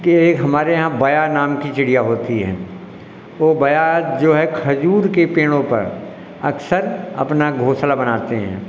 कि हमारे यहाँ बया नाम की चिड़िया होती है वह बया जो है खजूर के पेड़ों पर अक्सर अपना घोंसला बनाते हैं